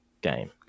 game